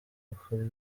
kuri